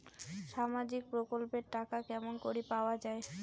সামাজিক প্রকল্পের টাকা কেমন করি পাওয়া যায়?